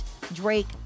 drake